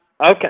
Okay